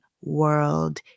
world